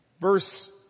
Verse